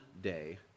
day